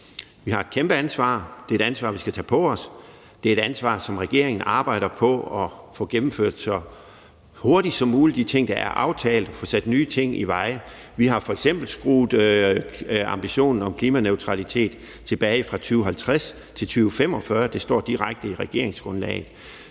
har et kæmpeansvar, og det er et ansvar, vi skal tage på os; det er et ansvar, som gør, at regeringen arbejder på at få gennemført de ting, der er aftalt, så hurtigt som muligt og få sat nye ting i vej. Vi har f.eks. skruet ambitionen om klimaneutralitet tilbage, altså fra 2050 til 2045. Det står direkte i regeringsgrundlaget.